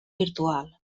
virtual